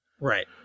right